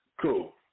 cool